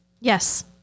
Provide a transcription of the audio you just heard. Yes